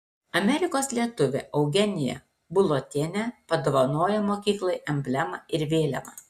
amerikos lietuvė eugenija bulotienė padovanojo mokyklai emblemą ir vėliavą